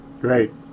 Great